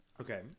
Okay